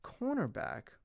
cornerback